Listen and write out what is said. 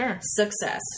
success